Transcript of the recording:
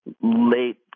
late